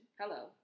hello